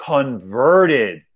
Converted